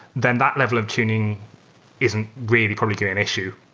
then that level of tuning isn't really probably get an issue.